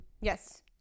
Yes